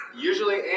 usually